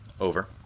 Over